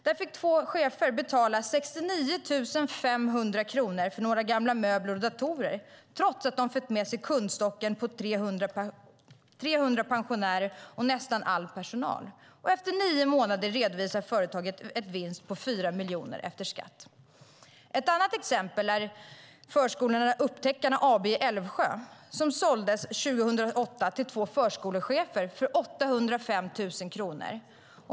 Där fick två chefer betala 69 500 kronor för några gamla möbler och datorer trots att de fick med sig kundstocken på 300 pensionärer och nästan all personal. Efter nio månader redovisar företaget en vinst på 4 miljoner efter skatt. Ett annat exempel är Förskolorna Upptäckarna AB i Älvsjö som såldes 2008 till två förskolechefer för 805 000 kronor.